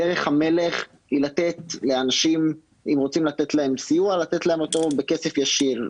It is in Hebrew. דרך המלך אם רוצים לתת לאנשים סיוע היא לתת להם אותו בכסף ישיר.